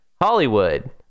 Hollywood